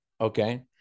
Okay